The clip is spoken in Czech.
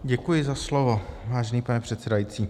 Děkuji za slovo, vážený pane předsedající.